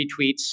retweets